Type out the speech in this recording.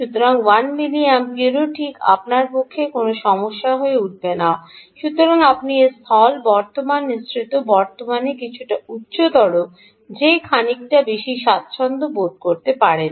সুতরাং 1 মিলিম্পিয়ারও ঠিক আপনার পক্ষে কোনও সমস্যা হয়ে উঠবে না সুতরাং এর স্থল কারেন্ট নিঃসৃত কারেন্ট কিছুটা উচ্চতর যে খানিকটা বেশি স্বাচ্ছন্দ্য বোধ করতে পারেন